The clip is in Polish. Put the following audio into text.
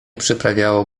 przyprawiało